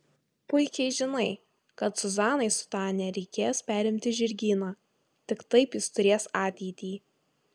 puikiai žinai kad zuzanai su tania reikės perimti žirgyną tik taip jis turės ateitį